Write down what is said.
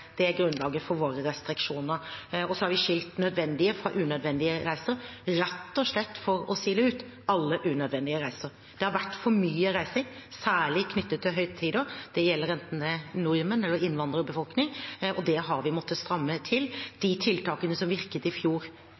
Det er grunnlaget for våre restriksjoner. Vi har skilt nødvendige fra unødvendige reiser rett og slett for å sile ut alle unødvendige reiser. Det har vært for mye reising, særlig knyttet til høytider. Det gjelder enten det er nordmenn eller innvandrerbefolkning, og det har vi måttet stramme inn. De tiltakene som virket i fjor